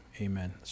Amen